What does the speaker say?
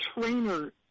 trainer